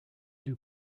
two